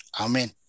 Amen